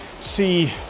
see